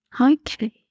Okay